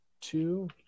two